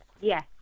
yes